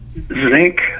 zinc